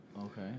Okay